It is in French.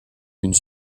une